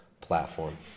platform